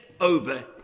over